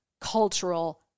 cultural